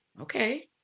okay